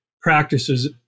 practices